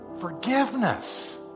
forgiveness